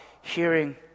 hearing